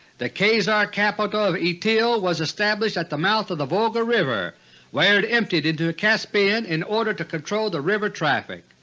the khazar capital of itil was established at the mouth of the volga river where it emptied into the caspian, in order to control the river traffic.